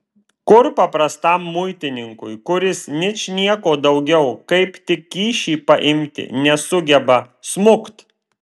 kur paprastam muitininkui kuris ničnieko daugiau kaip tik kyšį paimti nesugeba smukt